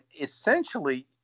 essentially